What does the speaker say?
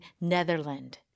Netherlands